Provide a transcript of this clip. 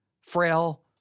frail